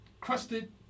crusted